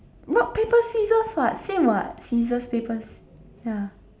rock paper scissor [what] same [what] scissors paper ya